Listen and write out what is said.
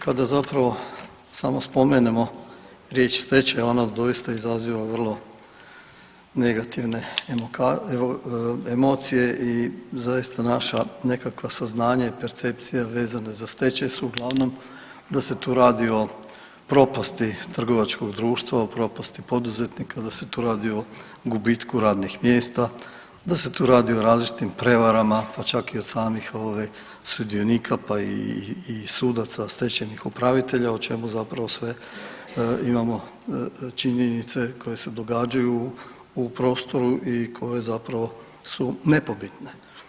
Kada zapravo samo spomenemo riječ „stečaj“ ona doista izaziva vrlo negativne emocije i zaista nekakva naša saznanja i percepcije vezane za stečaj su uglavnom da se tu radi o propasti trgovačkog društva, o propasti poduzetnika, da se tu radi o gubitku radnih mjesta, da se tu radi o različitim prevarama, pa čak i od strane sudionika, pa i sudaca, stečajnih upravitelja o čemu zapravo sve imamo činjenice koje se događaju u prostoru i koje zapravo su nepobitne.